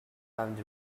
found